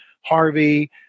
Harvey